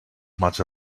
much